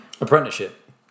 Apprenticeship